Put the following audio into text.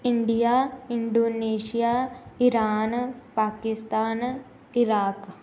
India Indonesia Iran Pakistan Iraq